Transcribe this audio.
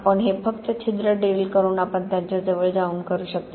आपण हे फक्त छिद्र ड्रिल करून आणि त्याच्या जवळ जाऊन करू शकता